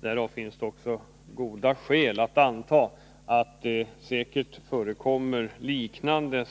Därför finns det också goda skäl att anta att det förekommer liknande